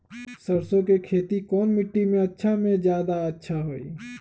सरसो के खेती कौन मिट्टी मे अच्छा मे जादा अच्छा होइ?